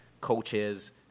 coaches